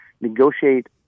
negotiate